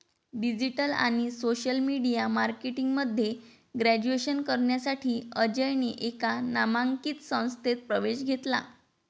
digital आणि social media marketing मध्ये graduation करण्यासाठी अजयने एका नामांकित संस्थेत प्रवेश घेतला